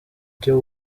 cyo